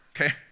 okay